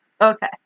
okay